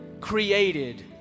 created